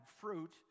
fruit